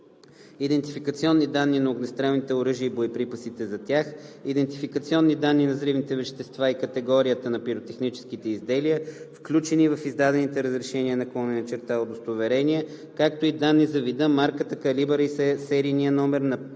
идентификационни данни на огнестрелните оръжия и боеприпасите за тях, идентификационни данни на взривните вещества и категорията на пиротехническите изделия, включени в издадените разрешения/удостоверения, както и данни за вида, марката, калибъра и серийния номер на пневматичните и